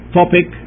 topic